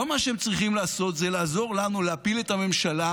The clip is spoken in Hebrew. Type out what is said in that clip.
כל מה שהם צריכים לעשות זה לעזור לנו להפיל את הממשלה,